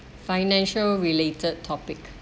financial related topic